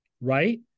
right